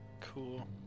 Cool